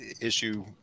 issue